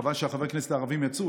וחבל שחברי הכנסת הערבים יצאו.